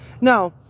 Now